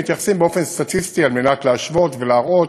מתייחסים באופן סטטיסטי, על מנת להשוות ולהראות